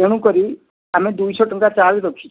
ତେଣୁକରି ଆମେ ଦୁଇଶହ ଟଙ୍କା ଚାର୍ଜ ରଖିଛୁ